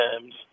times